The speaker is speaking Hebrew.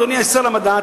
אדוני שר המדע,